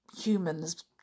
humans